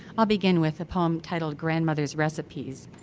i'll begin with a poem titled grandmother's recipes.